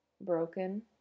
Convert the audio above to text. broken